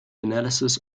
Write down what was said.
analysis